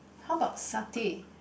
how about satay